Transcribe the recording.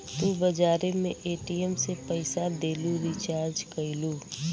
तू बजारे मे ए.टी.एम से पइसा देलू, रीचार्ज कइलू